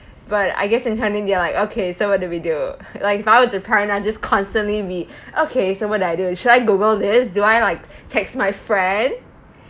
but I guess inside they're like okay so what do we do like if I were to parent I just constantly be okay so what I do should I Google this do I like text my friend